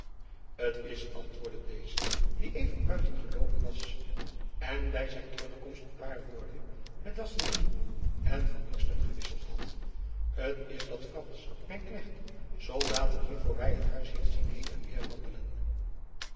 t is antwoordde deze die even buiten geloopen was en by zijn terugkomst een paar woorden met d'assigny en van dorsten gewisseld had t is dat frans mijn knecht soldaten hier voorby t huis heeft zien heen en weêr wandelen